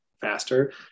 faster